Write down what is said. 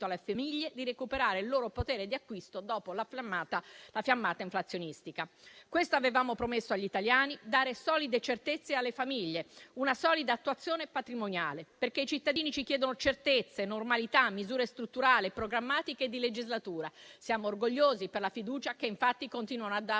alle famiglie di recuperare il loro potere di acquisto dopo la fiammata inflazionistica. Questo avevamo promesso agli italiani, ossia dare solide certezze alle famiglie e una solida attuazione patrimoniale, perché i cittadini ci chiedono certezze, normalità, misure strutturali, programmatiche e di legislatura. Siamo orgogliosi per la fiducia che infatti continuano a darci